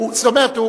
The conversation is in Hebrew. זאת אומרת,